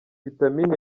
vitamin